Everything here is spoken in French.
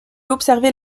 observait